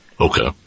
Okay